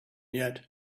yet